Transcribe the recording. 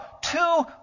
two